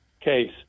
case